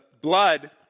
blood